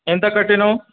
ఎంత కట్టావు